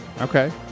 Okay